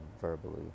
verbally